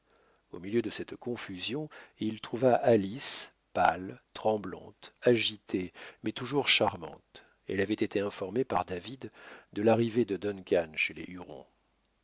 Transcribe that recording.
au milieu de cette confusion il trouva alice pâle tremblante agitée mais toujours charmante elle avait été informée par david de l'arrivée de duncan chez les